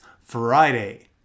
Friday